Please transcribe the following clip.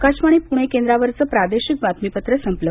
आकाशवाणी पुणे केंद्रावरचं प्रादेशिक बातमीपत्र संपलं